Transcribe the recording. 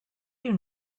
you